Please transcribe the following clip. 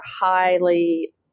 highly